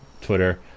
Twitter